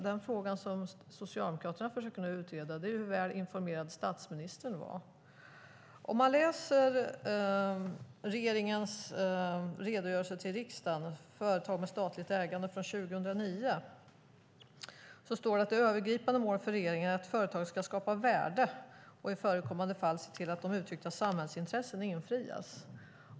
Det som Socialdemokraterna nu försöker utreda är hur väl informerad statsministern var. I regeringens redogörelse till riksdagen, Företag med statligt ägande , från 2009 står det att det övergripande målet för regeringen är att företaget ska skapa värde och i förekommande fall se till att de uttryckta samhällsintressena infrias.